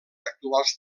actuals